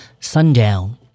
Sundown